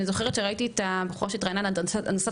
אני זוכרת שהייתי עם בחורה שהתראיינה להנדסת